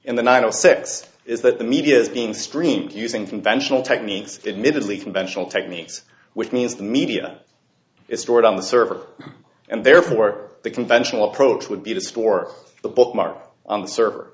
sex is that the media is being streamed using conventional techniques admittedly conventional techniques which means the media is stored on the server and therefore the conventional approach would be to store the bookmarks on the server